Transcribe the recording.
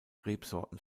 rebsorten